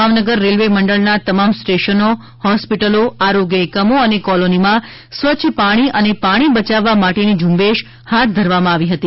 Bhavnagar railway મંડલના તમામ સ્ટેશનો હોસ્પિટલો આરોગ્ય એકમો અને કોલોનીમાં સ્વચ્છ પાણી અને પાણી બચાવવા માટેની ઝુંબેશ હાથ ધરવામાં આવી હતી